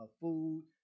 food